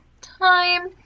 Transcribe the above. time